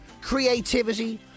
creativity